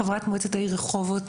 חברת מועצת העיר רחובות,